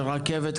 של העמידה ביעדים,